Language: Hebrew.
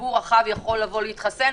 כציבור רחב יכולים לבוא ולהתחסן,